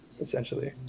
essentially